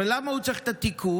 הרי למה הוא צריך את התיקוף?